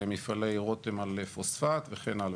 מפעלי רותם על פוספט וכן הלאה,